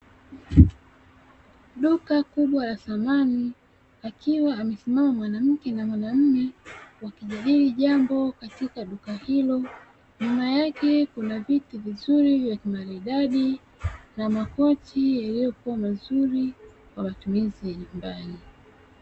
Duka kubwa la samani akiwa amesimama mwanamke na mwanaume wakijadili jambo katika duka hilo, nyuma yake kuna viti vizuri vya kimaridadi na makochi yaliyokuwa mazuri kwa matumizi ya nyumbani.